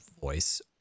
voice